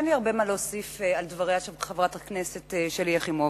אין לי הרבה מה להוסיף על דבריה של חברת הכנסת שלי יחימוביץ,